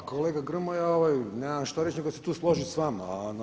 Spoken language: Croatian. Pa kolega Grmoja nemam što reći nego se tu složiti s vama.